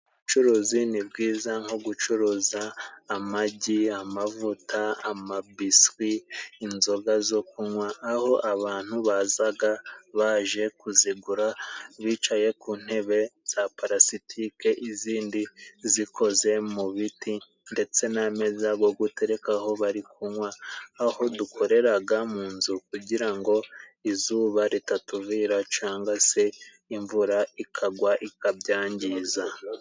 Ubucuruzi ni bwiza, nko gucuruza amagi, amavuta, amabiswi, inzoga zo kunwa. Aho abantu bazaga, baje kuzigura, bicaye ku ntebe za palasitike, izindi zikoze mu biti, ndetse n’ameza go guterekaho bari kunwa. Aho dukoreraga, mu nzu, kugira ngo izuba ritatuvira, canga se imvura ikagwa, ikabyangiza.